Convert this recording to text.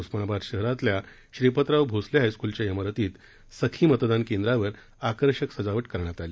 उस्मानाबाद शहरातील श्रीपतराव भोसले हायस्कूलच्या इमारतीत सखी मतदान केंद्रावर आकर्षक सजावट करण्यात आली